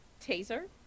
taser